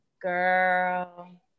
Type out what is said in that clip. girl